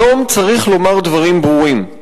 היום צריך לומר דברים ברורים: